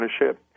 ownership